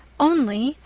only!